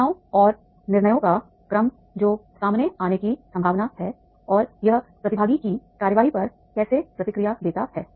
घटनाओं और निर्णयों का क्रम जो सामने आने की संभावना है और यह प्रतिभागी की कार्रवाई पर कैसे प्रतिक्रिया देता है